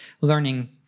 learning